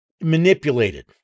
manipulated